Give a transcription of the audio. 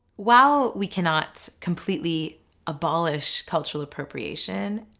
while we cannot completely abolish cultural appropriation,